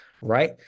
Right